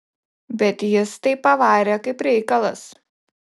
bet jis tai pavarė kaip reikalas